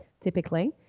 typically